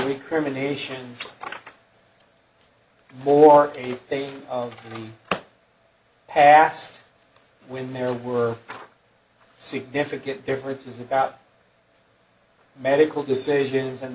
a nation more a thing of the past when there were significant differences about medical decisions and